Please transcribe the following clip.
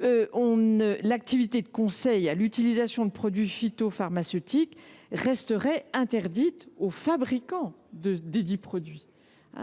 l’activité de conseil à l’utilisation des produits phytopharmaceutiques resterait interdite aux fabricants desdits produits.